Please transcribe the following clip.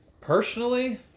personally